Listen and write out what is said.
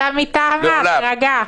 אתה מטעמה, תירגע.